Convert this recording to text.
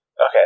Okay